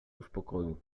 uspokoił